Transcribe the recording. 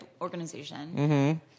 Organization